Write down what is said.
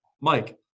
Mike